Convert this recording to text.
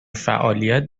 فعالیت